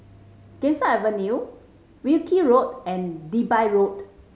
Ganges Avenue Wilkie Road and Digby Road